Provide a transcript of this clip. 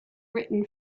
written